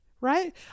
right